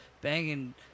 banging